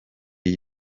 iyi